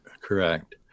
correct